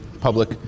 public